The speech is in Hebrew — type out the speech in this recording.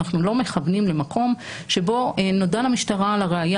אנחנו לא מכוונים למקום שבו נודע למשטרה על הראיה